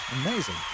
Amazing